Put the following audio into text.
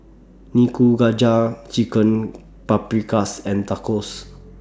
Nikujaga Chicken Paprikas and Tacos